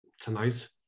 tonight